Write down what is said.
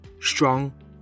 strong